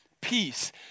peace